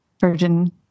Virgin